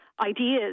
ideas